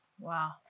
Wow